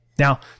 Now